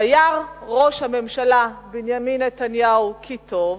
וירא ראש הממשלה בנימין נתניהו כי טוב,